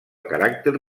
caràcter